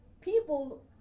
people